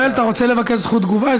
יואל, אתה רוצה לבקש זכות תגובה?